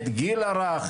תודה רבה.